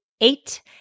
eight